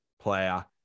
player